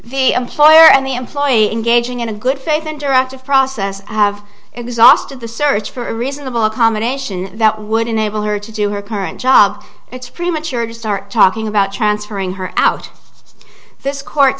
the employer and the employee engaging in a good faith interactive process have exhausted the search for a reasonable accommodation that would enable her to do her current job it's premature to start talking about transferring her out this court